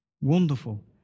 Wonderful